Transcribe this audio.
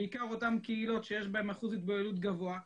בעיקר אותן קהילות שיש בהן אחוז התבוללות גבוה,